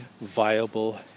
viable